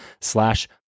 slash